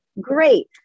Great